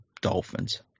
Dolphins